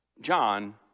John